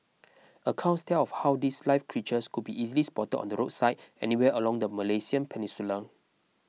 accounts tell of how these live creatures could be easily spotted on the roadside anywhere along the Malaysian peninsula